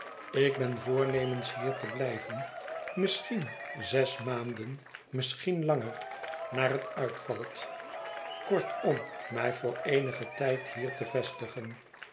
ik ben voornemens hier te blijven misschien zes maanden misschien langer naar het uitvalt kortom mij voor eenigen tijd hier te vestigen